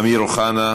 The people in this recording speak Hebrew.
חבר הכנסת אמיר אוחנה,